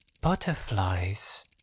butterflies